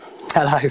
hello